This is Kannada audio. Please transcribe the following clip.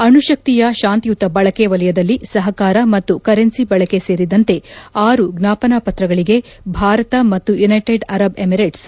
ಅಣುಶಕ್ತಿಯ ಶಾಂತಿಯುತ ಬಳಕೆ ವಲಯದಲ್ಲಿ ಸಹಕಾರ ಮತ್ತು ಕರೆನ್ನಿ ಬಳಕೆ ಸೇರಿದಂತೆ ಆರು ಜ್ವಾಪನಾಪತ್ರಗಳಿಗೆ ಭಾರತ ಮತ್ತು ಯುನೈಟೆಡ್ ಅರಬ್ ಎಮಿರೇಟ್ ಸಹಿ